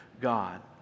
God